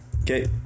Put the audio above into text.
Okay